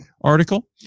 Article